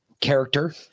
character